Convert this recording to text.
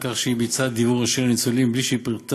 על כך שהיא ביצעה דיוור ישיר לניצולים בלי שפירטה